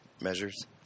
measures